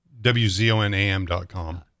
WZONAM.com